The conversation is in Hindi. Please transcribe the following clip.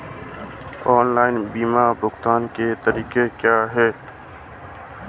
ऑनलाइन बिल भुगतान के तरीके क्या हैं?